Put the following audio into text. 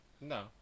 No